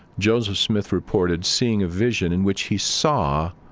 joseph smith reported seeing a vision in which he saw,